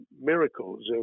miracles